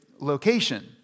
Location